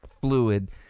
fluid